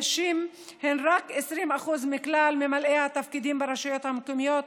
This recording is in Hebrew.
נשים הן רק 20% מכלל ממלאי התפקידים ברשויות המקומיות,